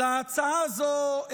על ההצעה הזו,